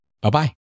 Bye-bye